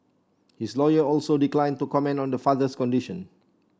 his lawyer also declined to comment the father's condition